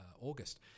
August